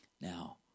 Now